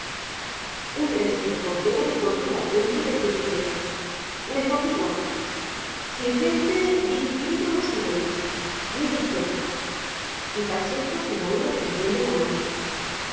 un resto de cautela me contuvo a tiempo y rectifiqué me fatiga sin gente dificilillo va a ser hoy mire usted y pacheco señaló extendiendo la mano